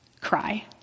cry